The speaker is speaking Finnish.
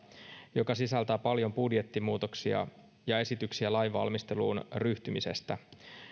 joka sisältää paljon budjettimuutoksia ja esityksiä lainvalmisteluun ryhtymisestä